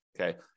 Okay